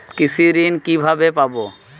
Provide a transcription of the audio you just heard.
কৃষি ঋন কিভাবে পাব?